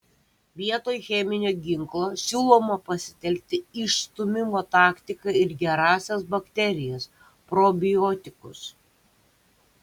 vietoj cheminio ginklo siūloma pasitelkti išstūmimo taktiką ir gerąsias bakterijas probiotikus